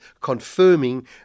confirming